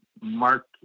Mark